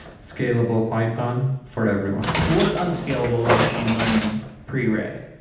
scalable python for everyone. what's unscalable about machine learning pre-ray?